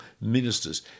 ministers